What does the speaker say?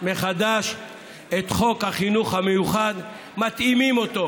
מחדש את חוק החינוך המיוחד, מתאימים אותו